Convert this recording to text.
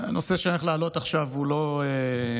הנושא שאני הולך להעלות עכשיו הוא לא פשוט,